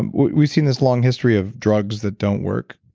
and we've seen this long history of drugs that don't work.